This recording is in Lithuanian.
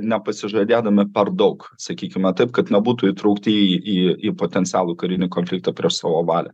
nepasižadėdami per daug sakykime taip kad nebūtų įtraukti į į į potencialų karinį konfliktą prieš savo valią